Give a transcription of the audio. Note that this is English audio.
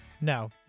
No